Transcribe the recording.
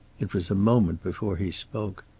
it was a moment before he spoke.